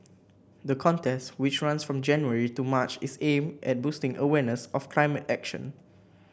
the contest which runs from January to March is aimed at boosting awareness of climate action